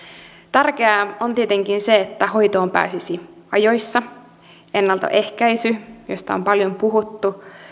tärkeää on tietenkin se että hoitoon pääsisi ajoissa ennaltaehkäisy josta on paljon puhuttu